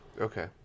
Okay